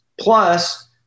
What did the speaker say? plus